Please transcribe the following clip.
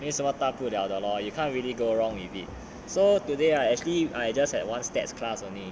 没什么大不 liao 的 lor you can't really go wrong with it so today I actually I just had one stats class only